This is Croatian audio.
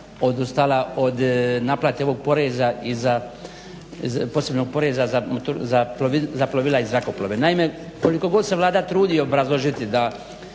odustala od naplate ovog poreza, posebnog poreza za plovila i zrakoplove. Naime koliko god se Vlada trudi obrazložiti da